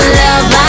love